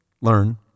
learn